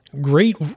great